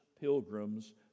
pilgrims